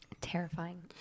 terrifying